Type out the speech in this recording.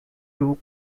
two